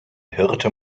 hirte